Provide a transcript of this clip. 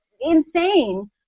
insane